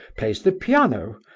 plays the piano,